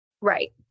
Right